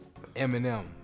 Eminem